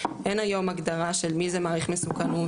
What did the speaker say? אין היום הגדרה של מי זה מעריך מסוכנות,